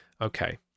Okay